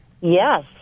Yes